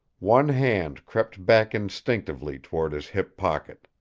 one hand crept back instinctively toward his hip pocket.